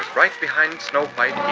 right behind snow white, yeah